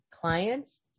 clients